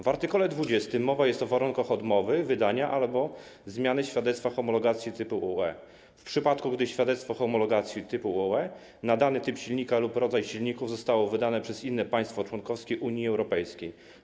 W art. 20 jest mowa o warunkach odmowy wydania albo zmiany świadectwa homologacji typu UE, w przypadku gdy świadectwo homologacji typu UE na dany typ silnika lub rodzaj silników zostało wydane przez inne państwo członkowskie Unii Europejskiej.